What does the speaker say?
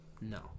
no